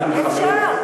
אפשר.